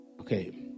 Okay